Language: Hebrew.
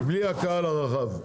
בלי הקהל הרחב.